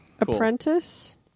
Apprentice